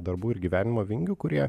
darbų ir gyvenimo vingių kurie